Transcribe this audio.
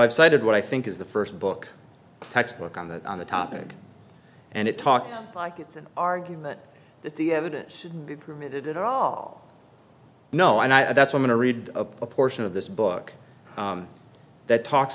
i decided what i think is the first book textbook on that on the topic and it talks like it's an argument that the evidence should be permitted at all no and i that's want to read a portion of this book that talks